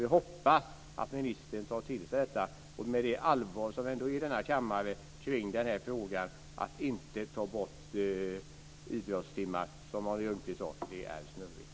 Jag hoppas att ministern tar till sig detta och det allvar som det är här i kammaren kring denna fråga och inte tar bort idrottstimmar. Som Arne Ljungqvist sade: Det är snurrigt.